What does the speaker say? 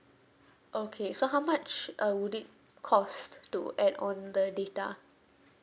okay so how much uh would it cost to add on the data